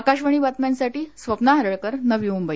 आकाशवाणी बातम्यांसाठी स्वप्ना हराळकर नवी मुंबई